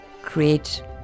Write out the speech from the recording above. create